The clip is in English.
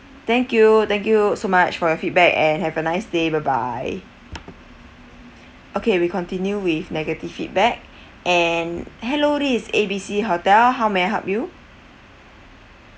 thank you thank you so much for your feedback and have a nice day bye bye okay we continue with negative feedback and hello this is A B C hotel how may I help you